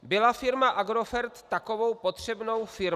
Byla firma Agrofert takovou potřebnou firmou?